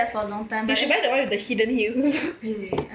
you should buy the one with the hidden heels